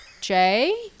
Jay